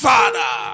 Father